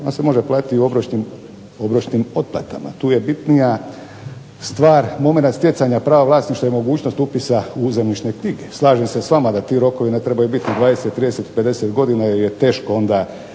ona se može platiti i u obročnim otplatama. Tu je bitnija stvar momenat stjecanja prava vlasništva i mogućnost upisa u zemljišne knjige. Slažem se s vama da ti rokovi ne trebaju biti 20, 30, 50 godina jer je teško onda